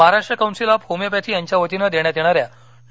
Maharashtra council of homoeopathy यांच्या वतीनं देण्यात येणाऱ्या डॉ